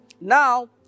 Now